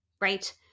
right